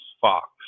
fox